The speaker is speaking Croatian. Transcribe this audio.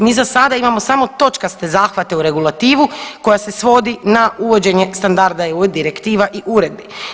Mi za sada samo imamo točkaste zahvate u regulativu koja se svodi na uvođenje standarda i eu direktiva i uredbi.